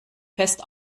fest